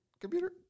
computer